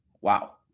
Wow